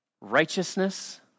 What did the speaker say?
righteousness